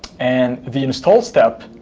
and the install step